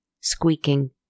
squeaking